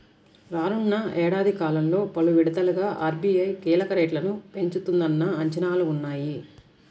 రానున్న ఏడాది కాలంలో పలు విడతలుగా ఆర్.బీ.ఐ కీలక రేట్లను పెంచుతుందన్న అంచనాలు ఉన్నాయి